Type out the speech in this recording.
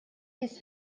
his